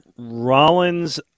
Rollins